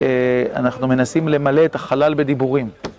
אנחנו מנסים למלא את החלל בדיבורים.